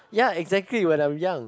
ya exactly when I'm young